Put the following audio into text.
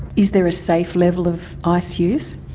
is there a safe level of ice use?